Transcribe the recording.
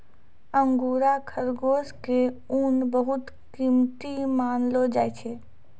angora खरगोश के ऊन बहुत कीमती मानलो जाय छै